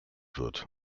wird